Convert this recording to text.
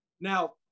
now